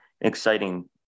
exciting